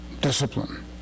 discipline